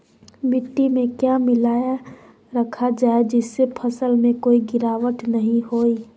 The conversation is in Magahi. मिट्टी में क्या मिलाया रखा जाए जिससे फसल में कोई गिरावट नहीं होई?